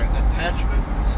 attachments